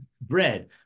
bread